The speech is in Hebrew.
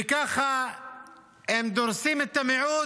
וככה הם דורסים את המיעוט,